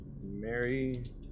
Mary